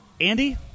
Andy